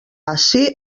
ací